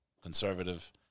conservative